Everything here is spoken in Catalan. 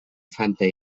fanta